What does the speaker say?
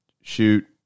shoot